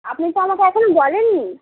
আপনি তো আমাকে এখনও বলেননি